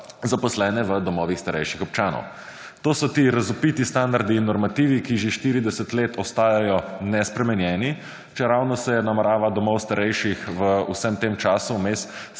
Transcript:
zaposlene v domovih starejših občanov. To so ti razvpiti standardi in normativi, ki že 40 let ostajajo nespremenjeni, čeravno se je narava domov starejših v vsem tem času